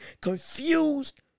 confused